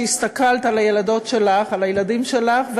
הסתכלת על הילדות שלך,